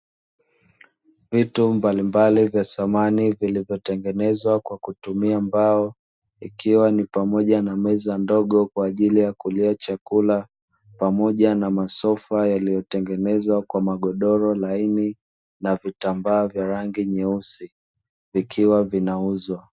Vitu mbalimbali vya samani vilivyotengenezwa kwa kutumia mbao, ikiwa ni pamoja na meza ndogo ile ya kulia chakula, pamoja na masofa yaliyotengenezwa kwa magodoro laini na vitambaa vya rangi nyeusi, vikiwa vinauzwa.